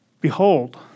Behold